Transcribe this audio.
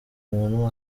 umuntu